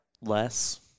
less